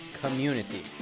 community